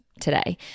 today